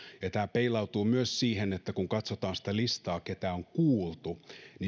tämä peilautuu myös siihen että kun katsotaan sitä listaa keitä on kuultu niin